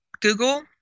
Google